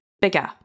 bigger